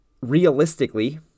realistically